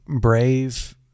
brave